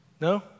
No